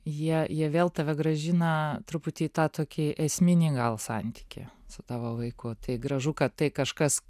jie jie vėl tave grąžina truputį į tą tokį esminį gal santykį su tavo vaiku tai gražu kad tai kažkas